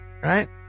right